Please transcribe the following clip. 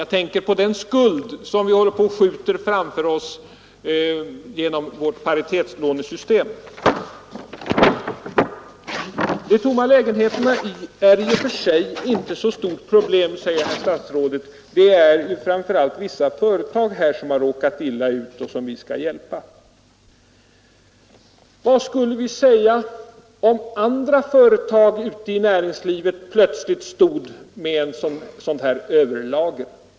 Jag tänker på den skuld som vi skjuter framför oss genom vårt paritetslånesystem. De tomma lägenheterna är i och för sig inte ett så stort problem, säger herr statsrådet; det är framför allt vissa företag som har råkat illa ut och som vi skall hjälpa. Vad skulle vi säga om andra företag inom näringslivet plötsligt stod med ett liknande överlager?